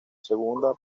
segunda